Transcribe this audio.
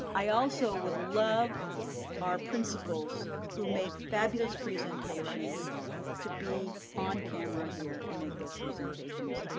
um i also would love our principals who make fabulous presentations to be on camera here, and make those presentations.